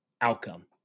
outcome